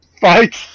fight